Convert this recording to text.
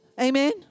Amen